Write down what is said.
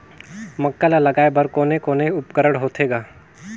मक्का ला लगाय बर कोने कोने उपकरण होथे ग?